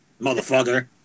Motherfucker